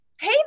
hey